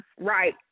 Right